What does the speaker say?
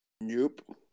Nope